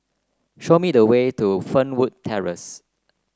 show me the way to Fernwood Terrace